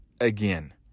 again